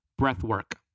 Breathwork